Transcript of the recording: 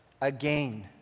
again